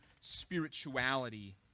spirituality